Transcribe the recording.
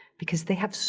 because they have,